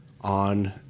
on